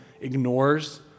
ignores